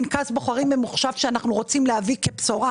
פנקס בוחרים ממוחשב שאנחנו רוצים להביא כבשורה,